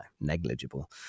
negligible